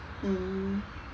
mm